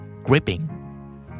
Gripping